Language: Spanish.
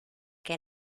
que